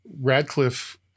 Radcliffe